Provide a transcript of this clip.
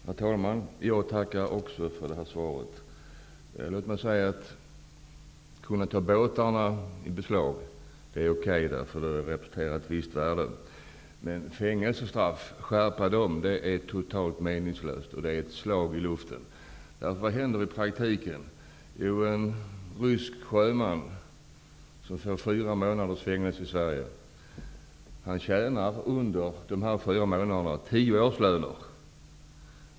Herr talman! Jag tackar också för svaret. Det är okej att ta båtarna i beslag, eftersom de representerar ett visst värde. Att skärpa fängelsestraffen, det är emellertid totalt meningslöst. Det är ett slag i luften. Vad är det som händer i praktiken? Jo, en rysk sjöman, som får fyra månaders fängelse i Sverige, tjänar under denna tid tio årslöner.